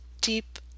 deep